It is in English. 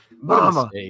Mama